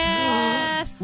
Yes